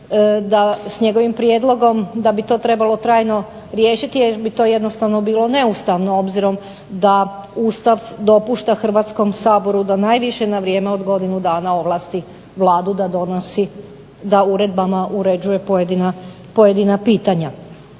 sa njegovim prijedlogom da bi to trebalo trajno riješiti, jer bi to jednostavno bilo neustavno obzirom da Ustav dopušta Hrvatskom saboru da najviše na vrijeme od godinu dana ovlasti Vladu da donosi, da uredbama uređuje pojedina pitanja.